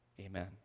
Amen